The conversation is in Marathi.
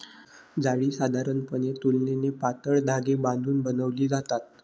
जाळी साधारणपणे तुलनेने पातळ धागे बांधून बनवली जातात